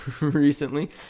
recently